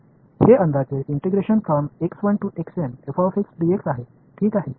हे अंदाजे आहे ठीक आहे